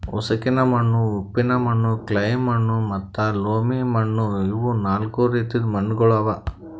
ಉಸುಕಿನ ಮಣ್ಣು, ಉಪ್ಪಿನ ಮಣ್ಣು, ಕ್ಲೇ ಮಣ್ಣು ಮತ್ತ ಲೋಮಿ ಮಣ್ಣು ಇವು ನಾಲ್ಕು ರೀತಿದು ಮಣ್ಣುಗೊಳ್ ಅವಾ